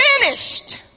finished